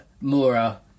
Mora